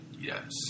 Yes